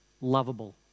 lovable